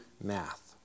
math